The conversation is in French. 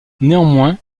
néanmoins